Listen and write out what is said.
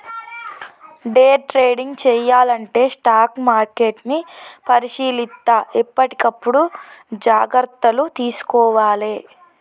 day trading చెయ్యాలంటే stock మార్కెట్ని పరిశీలిత్తా ఎప్పటికప్పుడు జాగర్తలు తీసుకోవాలే